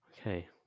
Okay